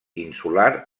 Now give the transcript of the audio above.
insular